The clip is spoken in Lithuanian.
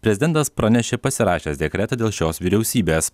prezidentas pranešė pasirašęs dekretą dėl šios vyriausybės